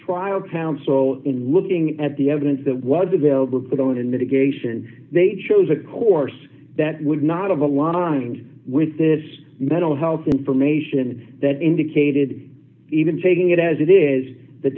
trial counsel in looking at the evidence that was available for the one in mitigation they chose a course that would not of aligned with this mental health information that indicated even taking it as it is the